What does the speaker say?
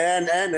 אין.